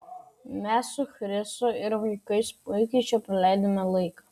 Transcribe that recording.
mes su chrisu ir vaikais puikiai čia praleidome laiką